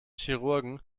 chirurgen